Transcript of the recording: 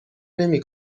نمی